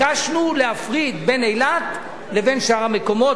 ביקשנו להפריד בין אילת לבין שאר המקומות,